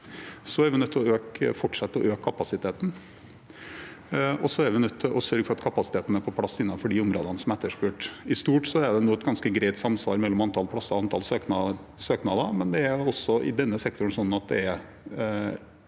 2023 nødt til å fortsette å øke kapasiteten, og vi er nødt til å sørge for at kapasiteten er på plass innenfor de områdene som er etterspurt. I stort er det nå et ganske greit samsvar mellom antall plasser og antall søknader, men det er også i denne sektoren udekkede